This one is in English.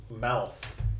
mouth